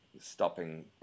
stopping